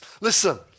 listen